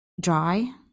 dry